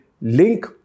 link